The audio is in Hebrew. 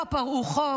לא פרעו חוק,